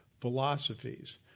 philosophies